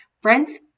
Friends